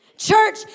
Church